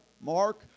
Mark